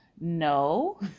No